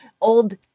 old